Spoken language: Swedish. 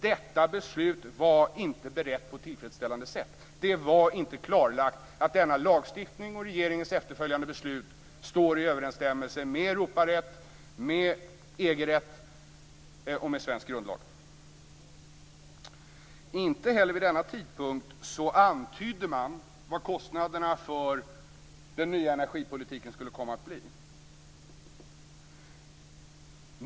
Detta beslut var inte berett på ett tillfredsställande sätt. Det var inte klarlagt att denna lagstiftning och regeringens efterföljande beslut står i överensstämmelse med Europarätt, med EG-rätt och med svensk grundlag. Inte heller vid denna tidpunkt antydde man vad kostnaderna för den nya energipolitiken skulle komma att bli.